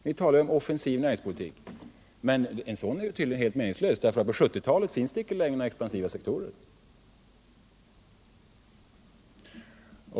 En sådan är tydligen helt meningslös, därför att på 1970-talet finns det ju enligt er mening icke längre några expansiva sektorer.